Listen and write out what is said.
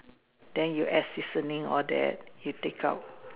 then you add seasoning all that you take out